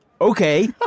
Okay